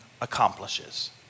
accomplishes